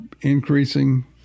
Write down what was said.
increasing